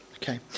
Okay